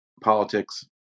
politics